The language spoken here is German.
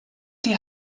die